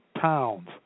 towns